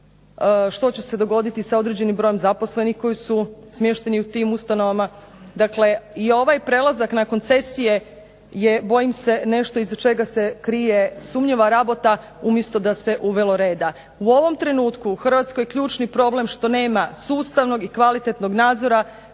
što će se dogoditi sa određenim brojem zaposlenih koji su smješteni u tim ustanovama. Dakle, i ovaj prelazak na koncesije je bojim se nešto iza čega se krije sumnjiva rabota umjesto da se uvelo reda. U ovom trenutku u Hrvatskoj ključni problem što nema sustavnog i kvalitetnog nadzora